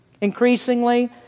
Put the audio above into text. Increasingly